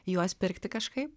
juos pirkti kažkaip